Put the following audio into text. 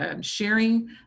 sharing